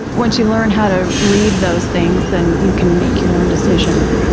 once you learn how to read those things then you can make your own decision of,